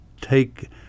take